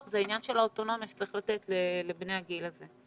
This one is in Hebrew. זה העניין של האוטונומיה שצריך לתת לבני הגיל הזה.